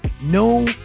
no